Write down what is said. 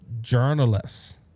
journalists